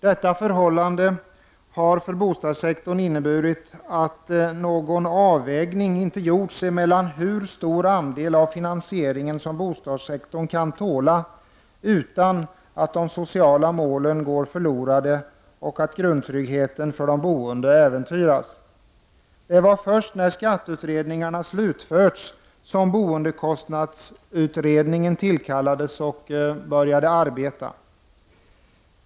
Detta förhållande har för bostadssektorn inneburit att någon avvägning inte gjorts emellan hur stor andel av finansieringen som bostadssektorn kan tåla utan att de sociala målen går förlorade och grundtryggheten för de boende äventyras. Det var först när skatteutredningarna slutförts som boendekostnadsutredningen tillsattes och började arbeta.